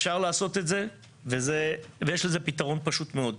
אפשר לעשות את זה, ויש לזה פתרון פשוט מאוד.